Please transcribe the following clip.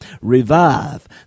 revive